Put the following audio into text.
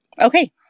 okay